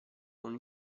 con